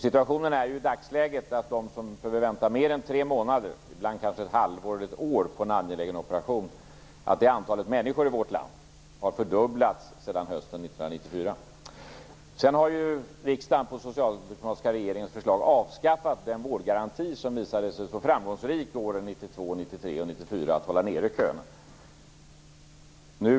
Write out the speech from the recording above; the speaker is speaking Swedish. Situationen i dagsläget är att det antal människor i vårt land som behöver vänta mer än tre månader, ibland kanske ett halvår eller ett år, på en angelägen operation har fördubblats sedan hösten 1994. Sedan har också riksdagen, på den socialdemokratiska regeringens förslag, avskaffat den vårdgaranti som visade sig så framgångsrik åren 1992, 1993 och 1994 när det gällde att hålla nere köerna.